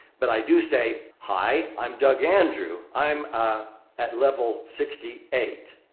but i do say, hi, i'm doug andrew. i'm ah at level sixty eight.